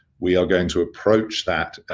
we are going to approach that,